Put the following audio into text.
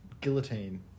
Guillotine